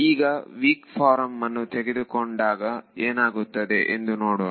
ಈಗ weak form ಅನ್ನು ತೆಗೆದುಕೊಂಡಾಗ ಏನಾಗುತ್ತೆ ಎಂದು ನೋಡೋಣ